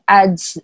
adds